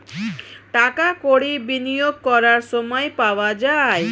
টাকা কড়ি বিনিয়োগ করার সময় পাওয়া যায়